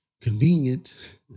convenient